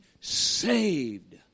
saved